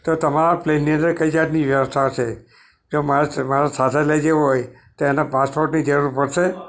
તો તમારા પ્લેનની અંદર કઈ જાતની વ્યવસ્થા છે તો માર મારે સાથે લઈ જવો હોય તો એના પાસપોર્ટની જરૂર પડશે